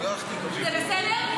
זה בסדר?